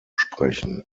sprechen